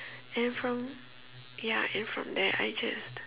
and from ya and from there I just